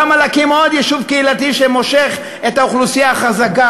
למה להקים עוד יישוב קהילתי שמושך את האוכלוסייה החזקה,